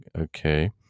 okay